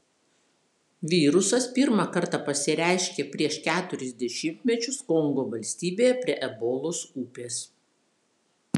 virusas pirmą kartą pasireiškė prieš keturis dešimtmečius kongo valstybėje prie ebolos upės